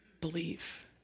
believe